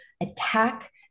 attack